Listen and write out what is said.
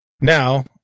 Now